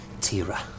Tira